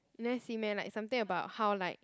never see meh like something about how like